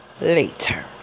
later